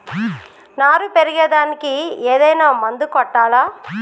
నారు పెరిగే దానికి ఏదైనా మందు కొట్టాలా?